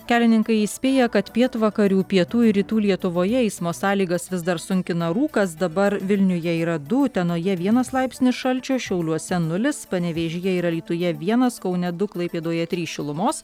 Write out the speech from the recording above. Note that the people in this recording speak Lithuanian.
kelininkai įspėja kad pietvakarių pietų ir rytų lietuvoje eismo sąlygas vis dar sunkina rūkas dabar vilniuje yra du utenoje vienas laipsnis šalčio šiauliuose nulis panevėžyje ir alytuje vienas kaune du klaipėdoje trys šilumos